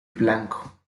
blanco